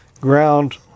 Ground